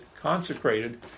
consecrated